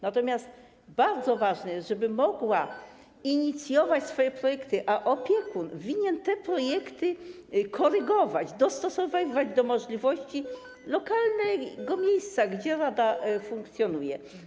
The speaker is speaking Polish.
Natomiast bardzo ważne jest, żeby mogła inicjować swoje projekty, a opiekun winien te projekty korygować, dostosowywać do możliwości lokalnych, do miejsca, gdzie rada funkcjonuje.